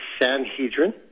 Sanhedrin